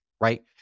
right